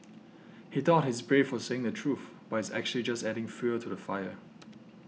he thought he's brave for saying the truth but is actually just adding fuel to the fire